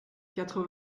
quatre